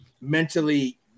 mentally